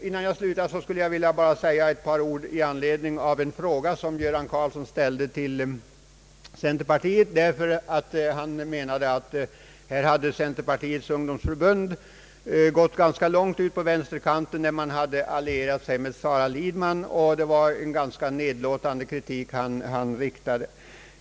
Innan jag slutar mitt anförande vill jag säga ett par ord med anledning av en fråga, som herr Göran Karlsson ställde till centerpartiet. Han ansåg att centerpartiets ungdomsförbund hade gått ganska långt ut på vänsterkanten när förbundet hade allierat sig med Sara Lidman. Han kom med en ganska nedlåtande kritik.